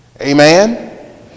amen